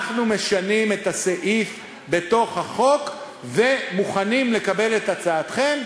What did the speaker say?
אנחנו משנים את הסעיף בחוק ומוכנים לקבל את הצעתכם,